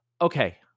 Okay